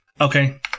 Okay